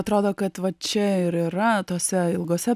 atrodo kad va čia ir yra tose ilgose